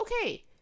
okay